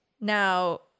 Now